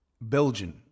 Belgian